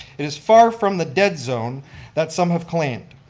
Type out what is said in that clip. it is far from the dead zone that some have claimed.